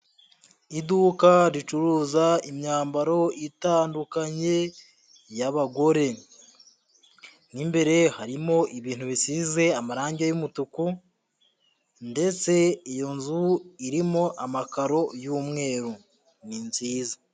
Iduka ricuruza imyambaro itandukanye y'abagore, mw'imbere harimo ibintu bisize amarangi y'umutuku ndetse iyo nzu irimo amakaro y'umweru, ni nziza.